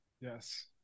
Yes